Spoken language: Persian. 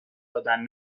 دادن